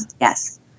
Yes